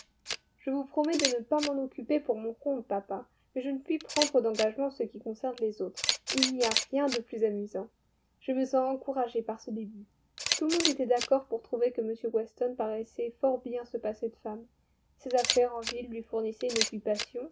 je vous promets de ne pas m'en occuper pour mon compte papa mais je ne puis prendre d'engagement en ce qui concerne les autres il n'y a rien de plus amusant je me sens encouragée par ce début tout le monde était d'accord pour trouver que m weston paraissait fort bien se passer de femme ses affaires en ville lui fournissaient une occupation